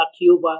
Cuba